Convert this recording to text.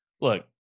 look